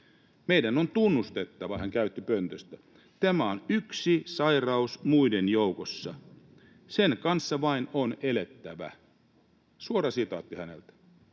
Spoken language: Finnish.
”Meidän on tunnustettava” — hän sanoi pöntöstä — ”tämä on yksi sairaus muiden joukossa. Sen kanssa vain on elettävä.” Suora sitaatti häneltä.